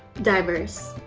diverse.